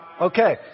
Okay